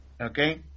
okay